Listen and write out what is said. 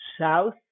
south